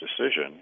decision